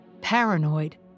paranoid